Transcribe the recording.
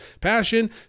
passion